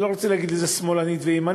אני לא רוצה להגיד אם זה שמאלנית או ימנית,